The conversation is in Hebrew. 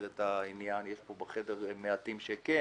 את העניין ויש פה בחדר מעטים שמכירים: